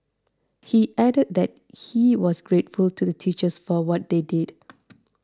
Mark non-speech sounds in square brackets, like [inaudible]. he added that he was grateful to the teachers for what they did [noise]